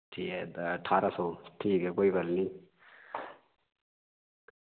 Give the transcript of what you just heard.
ठीक ऐ ते ठारां सौ ठीक ऐ कोई गल्ल नेईं